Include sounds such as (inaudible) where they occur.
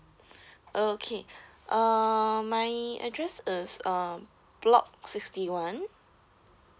(breath) okay (breath) uh my address is um block sixty one